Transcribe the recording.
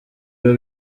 rero